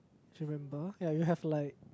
remember ya you have like